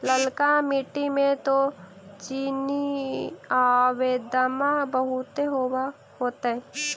ललका मिट्टी मे तो चिनिआबेदमां बहुते होब होतय?